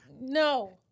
No